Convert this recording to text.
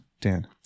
Dan